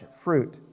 fruit